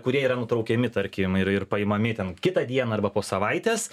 kurie yra nutraukiami tarkim ir ir paimami ten kitą dieną arba po savaitės